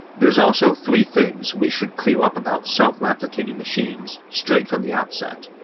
there's also three things we should clear up about self-replicating machines straight from the outset.